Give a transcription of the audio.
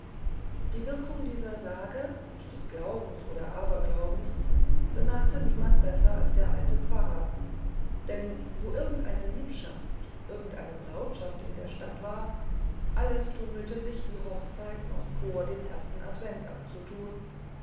die wirkung dieser sage und des glaubens oder aberglaubens bemerkte niemand besser als der alte pfarrer denn wo irgendeine liebschaft irgendeine brautschaft in der stadt war alles tummelte sich die hochzeit noch vor dem ersten advent abzutun